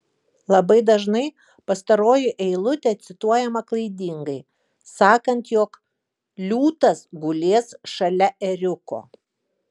labai dažnai pastaroji eilutė cituojama klaidingai sakant jog liūtas gulės šalia ėriuko